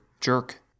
jerk